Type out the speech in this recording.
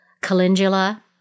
calendula